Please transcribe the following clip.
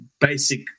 basic